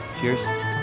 Cheers